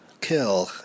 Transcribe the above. Kill